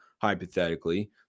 hypothetically